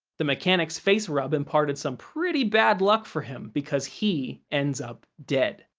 the mechanic's face rub imparted some pretty bad luck for him, because he ends up dead.